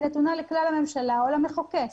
היא נתונה לכלל הממשלה או למחוקק.